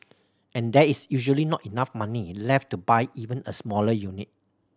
and there is usually not enough money left to buy even a smaller unit